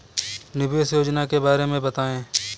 निवेश योजना के बारे में बताएँ?